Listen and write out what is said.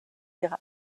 ihre